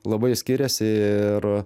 labai skiriasi ir